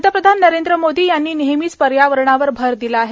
पंतप्रधान नरेंद्र मोदी यांनी नेहमीच पर्यावरणावर भर दिला आहे